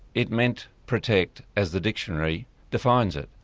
it meant protect as the dictionary defines it'.